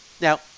Now